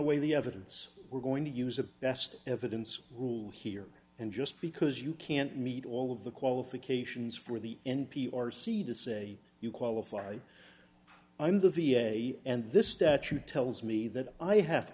weigh the evidence we're going to use a best evidence rule here and just because you can't meet all of the qualifications for the n p or c to say you qualify i'm the v a and this statute tells me that i have